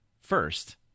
first